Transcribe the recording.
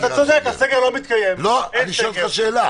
אתה צודק, הסגר לא מתקיים, אין סגר...